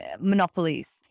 monopolies